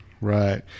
Right